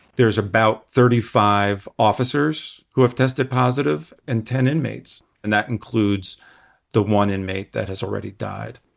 there's about thirty five officers who have tested positive and ten inmates. and that includes the one inmate that has already died.